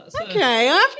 Okay